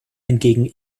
hingegen